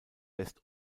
west